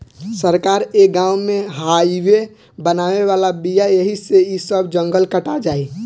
सरकार ए गाँव में हाइवे बनावे वाला बिया ऐही से इ सब जंगल कटा जाई